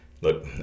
look